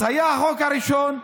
אז היה החוק הראשון,